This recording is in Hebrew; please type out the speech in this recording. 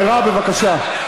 מרב, בבקשה.